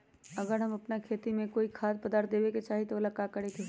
अगर हम अपना खेती में कोइ खाद्य पदार्थ देबे के चाही त वो ला का करे के होई?